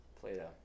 Play-Doh